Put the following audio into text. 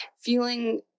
feeling